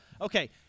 Okay